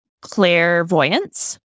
clairvoyance